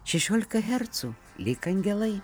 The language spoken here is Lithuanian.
šešiolika hercų lyg angelai